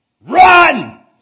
Run